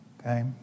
Okay